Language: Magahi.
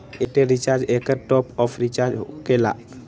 ऐयरटेल रिचार्ज एकर टॉप ऑफ़ रिचार्ज होकेला?